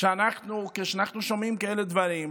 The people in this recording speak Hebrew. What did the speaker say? כשאנחנו שומעים כאלה דברים,